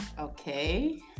Okay